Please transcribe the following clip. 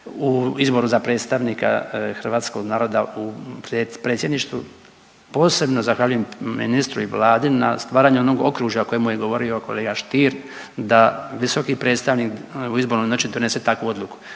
u izboru za predstavnika hrvatskog naroda u predsjedništvu. Posebno zahvaljujem ministru i vladi na stvaranju onog okružja o kojemu je govorio kolega Stier da visoki predstavnik u izbornoj noći donese takvu odluku.